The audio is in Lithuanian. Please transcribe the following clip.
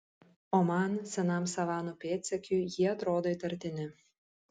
o man senam savanų pėdsekiui jie atrodo įtartini